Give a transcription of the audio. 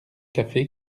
café